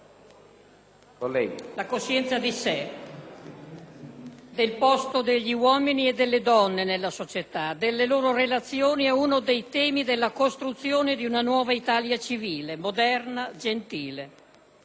La coscienza di sé, del posto degli uomini e delle donne nella società, delle loro relazioni, è uno dei temi della costruzione di una nuova Italia civile, moderna, gentile.